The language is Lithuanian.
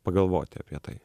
pagalvoti apie tai